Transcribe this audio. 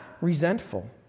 resentful